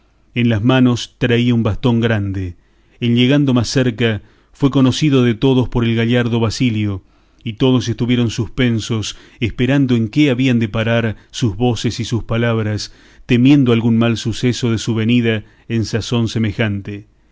en las manos traía un bastón grande en llegando más cerca fue conocido de todos por el gallardo basilio y todos estuvieron suspensos esperando en qué habían de parar sus voces y sus palabras temiendo algún mal suceso de su venida en sazón semejante